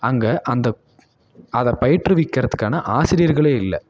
அங்கே அந்த அதை பயிற்றுவிக்கிறதுக்கான ஆசிரியர்களே இல்லை